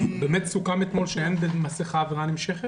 באמת סוכם אתמול שבמסכה אין עבירה נמשכת.